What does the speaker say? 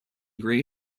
gray